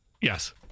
yes